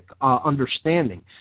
understanding